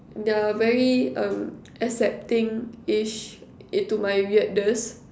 the very um acceptingish into my weirdness